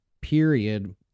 Period